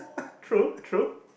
true true